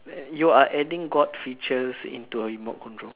you are adding god features into a remote control